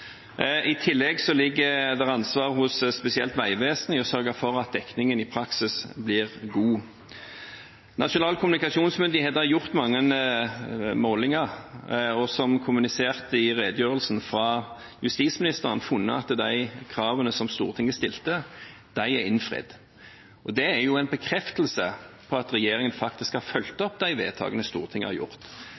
i tillegg ligger det et ansvar hos spesielt Vegvesenet i å sørge for at dekningen i praksis blir god. Nasjonal kommunikasjonsmyndighet har gjort mange målinger og, som kommunisert i redegjørelsen fra justisministeren, funnet at de kravene som Stortinget stilte, er innfridd. Det er en bekreftelse på at regjeringen faktisk har fulgt opp de vedtakene Stortinget har gjort.